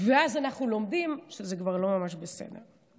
ואז אנחנו לומדים שזה כבר לא ממש בסדר.